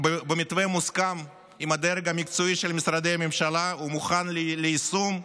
במתווה מוסכם עם הדרג המקצועי של משרדי הממשלה ומוכן ליישום,